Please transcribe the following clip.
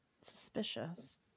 suspicious